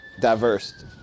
diverse